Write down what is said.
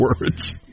words